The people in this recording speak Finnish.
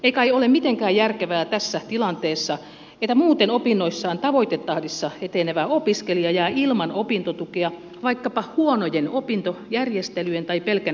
ei kai ole mitenkään järkevää tässä tilanteessa että muuten opinnoissaan tavoitetahdissa etenevä opiskelija jää ilman opintotukea vaikkapa huonojen opintojärjestelyjen tai pelkän byrokratian takia